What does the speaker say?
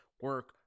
Work